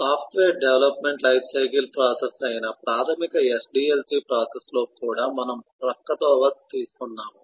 software development life cycle process అయిన ప్రాథమిక SDLC ప్రాసెస్లోకి కూడా మనము ప్రక్కతోవ తీసుకున్నాము